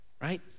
right